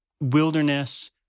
wilderness